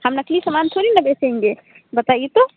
हम नकली समान थोड़ी न बेचेंगे बताइए तो